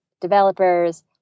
developers